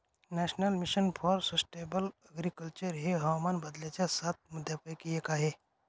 national mission for sustainable agriculture हे हवामान बदलाच्या सात मुद्यांपैकी एक आहे